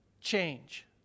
change